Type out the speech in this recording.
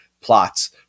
plots